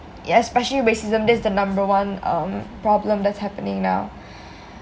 yeah especially racism this is the number one um problem that's happening now